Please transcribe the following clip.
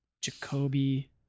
Jacoby